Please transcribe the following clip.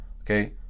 Okay